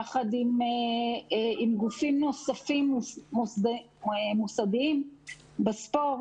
יחד עם גופים מוסדיים נוספים בספורט,